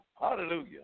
hallelujah